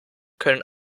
können